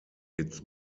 its